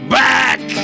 back